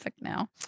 now